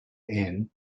end